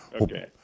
Okay